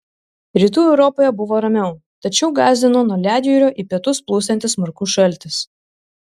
rytų europoje buvo ramiau tačiau gąsdino nuo ledjūrio į pietus plūstantis smarkus šaltis